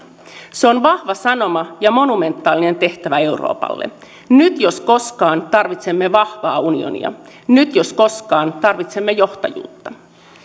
se on vahva sanoma ja monumentaalinen tehtävä euroopalle nyt jos koskaan tarvitsemme vahvaa unionia nyt jos koskaan tarvitsemme johtajuutta